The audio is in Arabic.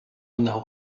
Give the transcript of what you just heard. أنه